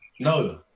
No